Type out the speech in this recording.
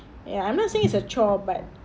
ya I'm not saying it's a chore but